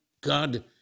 God